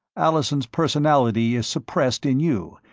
allison's personality is suppressed in you,